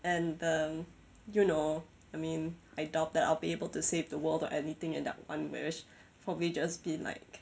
and uh you know I mean I doubt that I'll be able to save the world or anything in that one wish probably just be like